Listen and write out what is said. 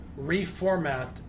reformat